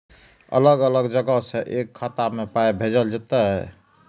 अलग अलग जगह से एक खाता मे पाय भैजल जेततै?